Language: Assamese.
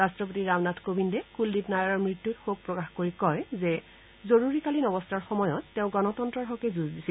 ৰাষ্টপতি ৰামনাথ কোবিন্দে কুলদীপ নায়াৰৰ মৃত্যুত শোক প্ৰকাশ কৰি কয় যে জৰুৰীকালীন অৱস্থাৰ সময়ত তেওঁ গণতন্তৰহকে যুঁজ দিছিল